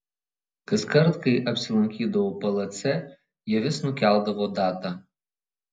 kaskart kai apsilankydavau plc jie vis nukeldavo datą